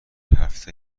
هفته